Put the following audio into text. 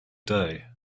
day